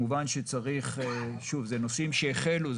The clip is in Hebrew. אלה נושאים שהחלו.